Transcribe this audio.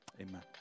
amen